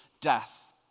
death